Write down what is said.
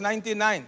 99